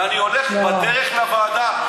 ואני הולך בדרך לוועדה, לא.